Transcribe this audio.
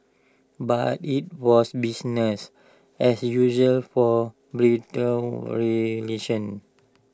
but IT was business as usual for bilateral relations